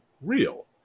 real